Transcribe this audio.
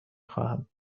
خواهم